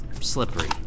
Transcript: slippery